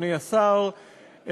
אדוני השר,